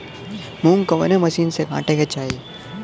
मूंग कवने मसीन से कांटेके चाही?